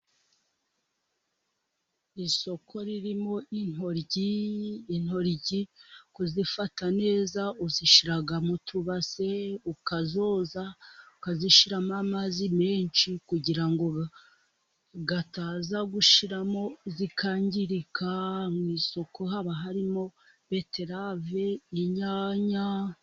Isoko ririmo intoryi, intoryi kuzifata neza, uzishira mu tubase, ukazoza, ukazishiramo amazi menshi, kugira ngo ataza gushiramo zikangirika, mu isoko haba harimo beterave, inyanya.